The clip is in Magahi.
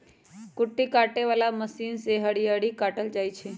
कुट्टी काटे बला मशीन से हरियरी काटल जाइ छै